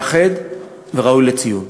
מאחד וראוי לציון.